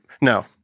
No